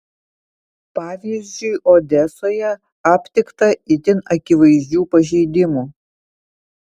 pavyzdžiui odesoje aptikta itin akivaizdžių pažeidimų